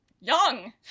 Young